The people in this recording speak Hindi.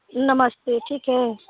नमस्ते ठीक है